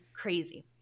crazy